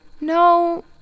No